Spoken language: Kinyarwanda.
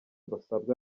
basabwa